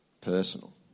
personal